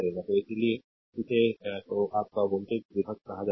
तो इसीलिए इसे तो आप का वोल्टेज विभक्त कहा जाता है